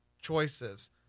choices